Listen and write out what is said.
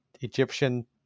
Egyptian